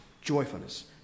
joyfulness